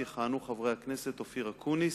יכהנו חברי הכנסת אופיר אקוניס,